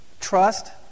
trust